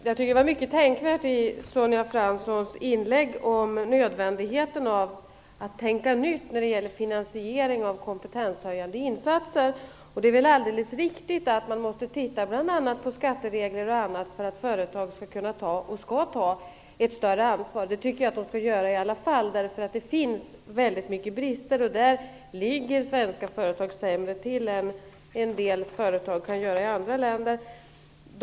Fru talman! Jag tycker att Sonja Franssons inlägg om nödvändigheten av att tänka i nya banor när det gäller finansiering av kompetenshöjande insatser var mycket tänkvärt. Det är väl alldeles riktigt att man måste titta bl.a. på skatteregler och annat för att företag skall, och skall kunna, ta ett större ansvar. Det tycker jag att de skall göra ändå, därför att det finns väldigt många brister. I detta avseende ligger svenska företag sämre till än en del företag i andra länder.